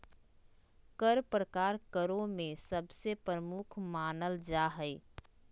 कर प्रकार करों में सबसे प्रमुख मानल जा हय